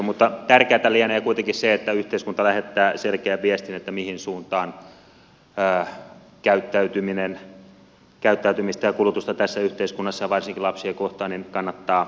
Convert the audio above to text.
mutta tärkeätä lienee kuitenkin se että yhteiskunta lähettää selkeän viestin mihin suuntaan käyttäytymistä ja kulutusta tässä yhteiskunnassa ja varsinkin lapsia kohtaan kannattaa ohjata